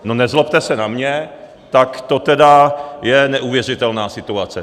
No nezlobte se na mě, tak to tedy je neuvěřitelná situace!